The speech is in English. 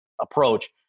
approach